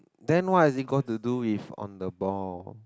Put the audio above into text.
then what are they going to do with on the ball